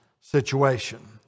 situation